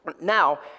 now